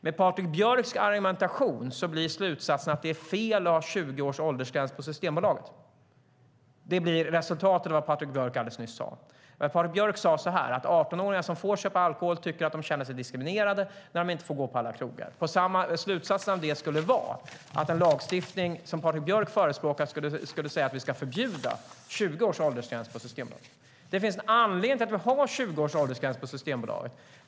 Med Patrik Björcks argumentation blir slutsatsen att det är fel att ha en åldersgräns på 20 år Systembolaget. Det blir resultatet av det Patrik Björck alldeles nyss sade. Patrik Björck sade att 18-åringar som får köpa alkohol tycker att de känner sig diskriminerade när de inte får gå på alla krogar. Slutsatsen av det är att en lagstiftning som Patrik Björck förespråkar skulle förbjuda en åldersgräns på 20 år på Systembolaget. Det finns en anledning till att vi har en åldersgräns på 20 år på Systembolaget.